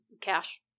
Cash